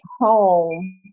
home